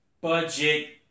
Budget